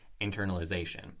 internalization